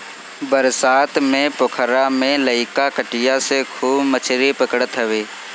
बरसात में पोखरा में लईका कटिया से खूब मछरी पकड़त हवे